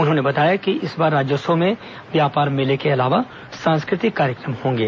उन्होंने बताया कि इस बार राज्योत्सव में व्यापार मेले के अलावा सांस्कृतिक कार्यक्रम होंगे